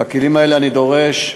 ואת הכלים האלה אני דורש חודשים,